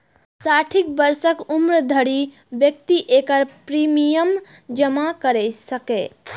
साठि वर्षक उम्र धरि व्यक्ति एकर प्रीमियम जमा कैर सकैए